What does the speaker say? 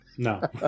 no